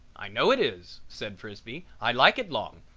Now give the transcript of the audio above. i know it is, said frisbee. i like it long.